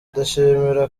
ndashimira